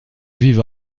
vivre